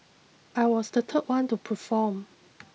I was the third one to perform